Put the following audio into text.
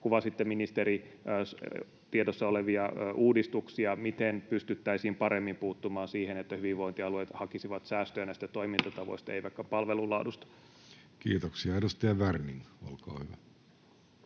Kuvasitte, ministeri, tiedossa olevia uudistuksia. Miten pystyttäisiin paremmin puuttumaan siihen, että hyvinvointialueet hakisivat säästöä näistä toimintatavoista eivätkä vaikka palvelun laadusta? Kiitoksia. — Edustaja Werning, olkaa hyvä.